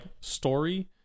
story